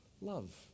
love